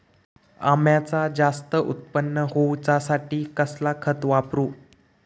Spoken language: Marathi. अम्याचा जास्त उत्पन्न होवचासाठी कसला खत वापरू?